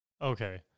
Okay